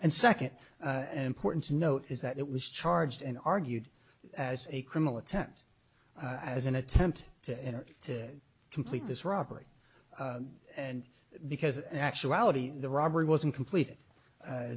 and second and important to note is that it was charged and argued as a criminal attempt as an attempt to enter to complete this robbery and because actuality the robbery wasn't completed